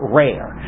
rare